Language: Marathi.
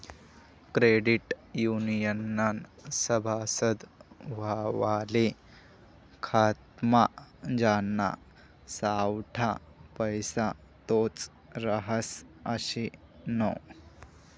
क्रेडिट युनियननं सभासद व्हवाले खातामा ज्याना सावठा पैसा तोच रहास आशे नै